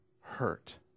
hurt